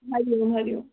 हरिओम हरिओम